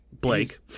Blake